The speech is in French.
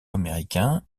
américain